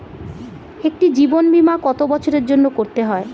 একটি জীবন বীমা কত বছরের জন্য করতে হয়?